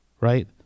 right